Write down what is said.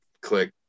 click